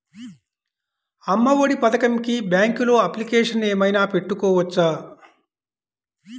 అమ్మ ఒడి పథకంకి బ్యాంకులో అప్లికేషన్ ఏమైనా పెట్టుకోవచ్చా?